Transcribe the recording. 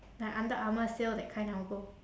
like under armour sale that kind I will go